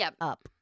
up